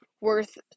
worth